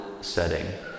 setting